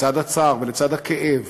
לצד הצער ולצד הכאב